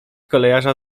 kolejarza